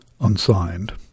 Unsigned